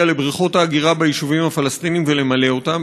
לבריכות האגירה ביישובים הפלסטיניים ולמלא אותן.